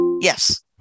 Yes